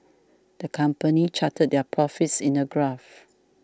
the company charted their profits in a graph